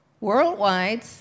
worldwide